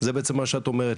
זה בעצם מה שאת אומרת,